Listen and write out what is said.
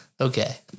Okay